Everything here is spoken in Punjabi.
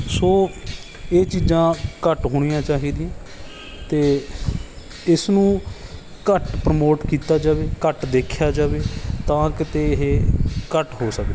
ਸੋ ਇਹ ਚੀਜ਼ਾਂ ਘੱਟ ਹੋਣੀਆਂ ਚਾਹੀਦੀਆਂ ਅਤੇ ਇਸ ਨੂੰ ਘੱਟ ਪ੍ਰਮੋਟ ਕੀਤਾ ਜਾਵੇ ਘੱਟ ਦੇਖਿਆ ਜਾਵੇ ਤਾਂ ਕਿਤੇ ਇਹ ਘੱਟ ਹੋ ਸਕਦੀ ਹੈ